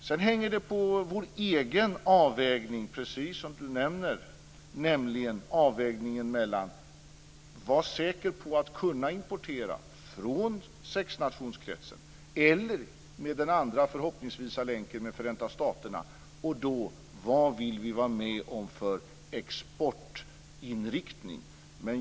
Sedan hänger det på vår egen avvägning, precis som Marianne Andersson nämner, nämligen avvägningen mellan att vara säker på att kunna importera från sexnationskretsen och den andra förhoppningsvisa länken mellan Förenta staterna. Och: Vad vill vi vara med om för exportinriktning?